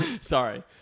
Sorry